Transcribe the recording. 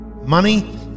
Money